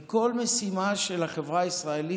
וכל משימה של החברה הישראלית,